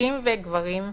נשים וגברים,